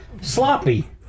sloppy